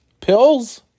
Pills